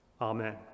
Amen